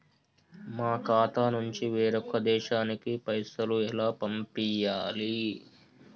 మా ఖాతా నుంచి వేరొక దేశానికి పైసలు ఎలా పంపియ్యాలి?